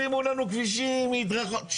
שימו לנו כבישים, מדרכות.